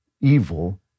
evil